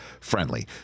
friendly